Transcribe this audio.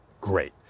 great